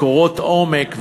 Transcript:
ביקורות עומק,